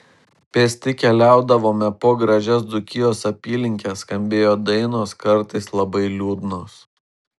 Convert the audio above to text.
pėsti keliaudavome po gražias dzūkijos apylinkes skambėjo dainos kartais labai liūdnos